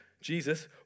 Jesus